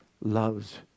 loves